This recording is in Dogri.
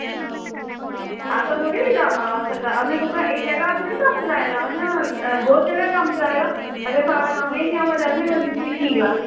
ऐसा थोह्ड़े होई सकदा असें कोह्का इक्कै घर थोह्ड़े कम्म कराए दा असें बहोत जगह कम्म कराए दा अगर सारा कम्म एह् नेहा होआ दा ते असेंगी मिस्तरी की गलाऽ